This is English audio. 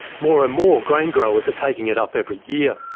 more and more grain growers are taking it up every year.